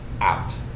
Out